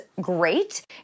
great